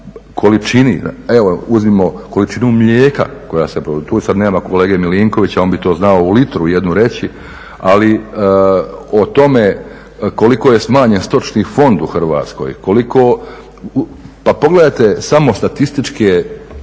količini, evo uzmimo količinu mlijeka koja se proizvodi, tu sad nema kolege Milinkovića on bi to znao u litru jednu reći. Ali o tome koliko je smanjen stočni fond u Hrvatskoj. Pa pogledajte samo statističke